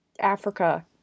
Africa